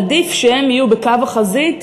עדיף שהם יהיו בקו החזית.